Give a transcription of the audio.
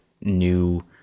new